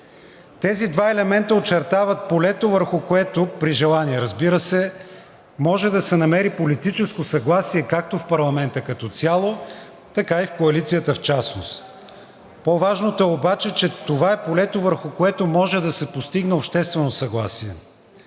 Тези два елемента очертават полето, върху което при желание, разбира се, може да се намери политическо съгласие както в парламента като цяло, така и в коалицията в частност. По-важното е обаче, че това е полето, върху което може да се постигне обществено съгласие,